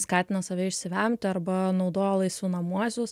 skatina save išsivemti arba naudoja laisvinamuosius